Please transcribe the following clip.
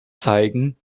zeigen